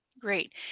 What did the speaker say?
Great